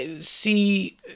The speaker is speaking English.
See